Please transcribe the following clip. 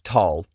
Tall